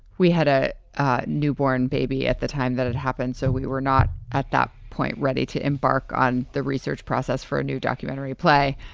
we had a newborn baby at the time that had happened. so we were not at that point ready to embark on the research process for a new documentary play.